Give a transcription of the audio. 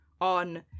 on